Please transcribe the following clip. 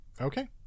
Okay